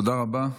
תודה רבה.